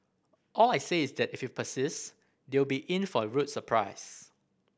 all I say is that if persist they will be in for a rude surprise